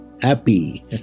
happy